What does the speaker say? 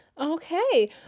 Okay